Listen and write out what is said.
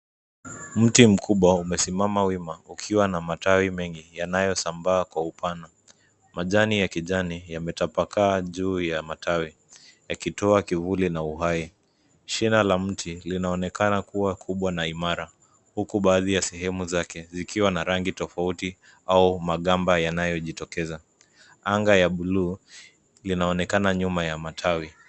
Mti mkubwa umesimama wima ukiwa na matawi mengi yanayosambaa kwa upana. Majani ya kijani yametapakaa juu ya matawi, yakitoa kivuli na uhai. Shina la mti linaonekana kuwa kubwa na imara. Huku baadhi ya sehemu zake zikiwa na rangi tofauti au magamba yanayojitokeza. Anga ya buluu, ndio inaonekana nyuma ya matawi.